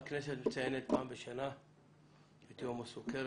הכנסת מציינת פעם בשנה את יום הסוכרת.